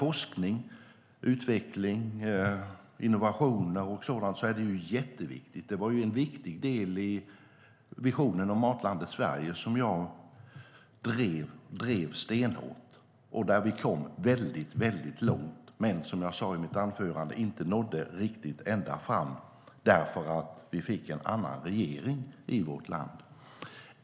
Forskning, utveckling och innovationer är jätteviktigt. Det var en viktig del som jag drev stenhårt i visionen om Matlandet Sverige och där vi kom väldigt långt. Men som jag sa i mitt anförande nådde vi inte riktigt ända fram, eftersom vi fick en annan regering i vårt land.